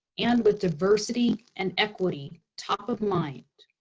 and with diversity and equity top of mind,